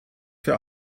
für